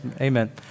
amen